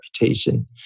reputation